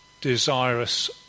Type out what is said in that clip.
desirous